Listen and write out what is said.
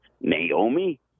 Naomi